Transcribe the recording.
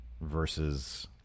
versus